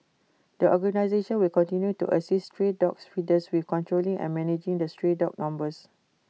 the organisation will continue to assist stray dogs feeders with controlling and managing the stray dog numbers